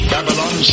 Babylon